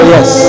Yes